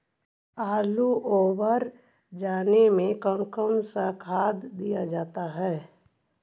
आलू ओवर जाने में कौन कौन सा खाद दिया जाता है?